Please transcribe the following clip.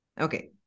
Okay